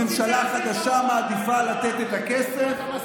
ממשלה החדשה מעדיפה לתת את הכסף של המיסים שלך,